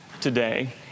today